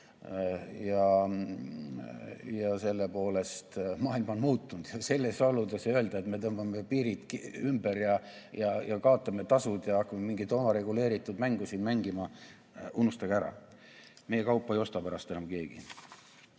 "Terevisioonis".Maailm on muutunud. Nendes oludes öelda, et me tõmbame piirid ümber ja kaotame tasud ja hakkame mingit oma reguleeritud mängu siin mängima – unustage ära! Meie kaupa ei osta pärast enam keegi.